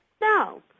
No